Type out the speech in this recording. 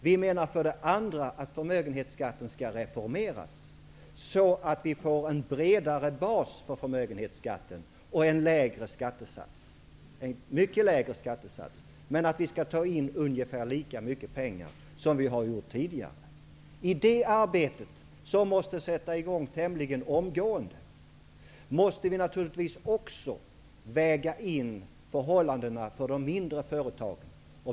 Vi menar för det andra att förmögenhetsskatten skall reformeras, så att det blir en bredare bas för skatteuttaget och en mycket lägre skattesats. Ungefär lika mycket skall tas in som tidigare. I det arbete som måste sättas igång tämligen omgående måste vi naturligtvis också väga in förhållandena för de mindre företagen.